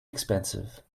expensive